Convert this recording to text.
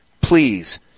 Please